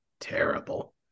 terrible